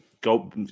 go